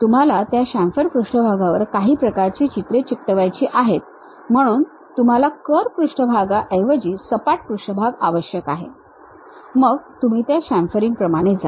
तुम्हाला त्या शामफर पृष्ठभागांवर काही प्रकारची चित्रे चिकटवायची आहेत म्हणून तुम्हाला कर्व पृष्ठभागाऐवजी सपाट पृष्ठभाग आवश्यक आहे मग तुम्ही त्या शमफरिंग प्रमाणे जा